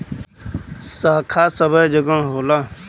शाखा सबै जगह होला